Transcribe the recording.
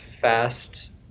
fast